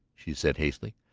she said hastily.